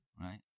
right